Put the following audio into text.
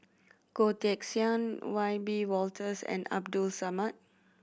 Goh Teck Sian Wiebe Wolters and Abdul Samad